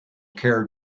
care